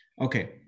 okay